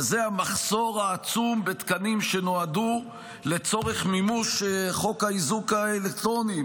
וזה המחסור העצום בתקנים שנועדו לצורך מימוש חוק האיזוק האלקטרוני,